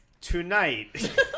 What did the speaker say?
tonight